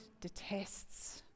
detests